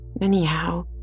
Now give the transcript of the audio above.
Anyhow